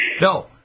No